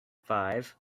five